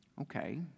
Okay